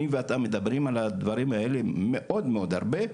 אני ואתה מדברים על הדברים האלה הרבה מאוד מאוד.